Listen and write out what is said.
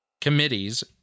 committees